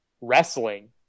wrestling